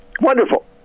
Wonderful